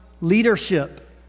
leadership